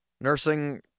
nursing